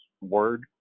word